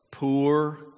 Poor